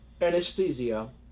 Anesthesia